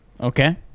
Okay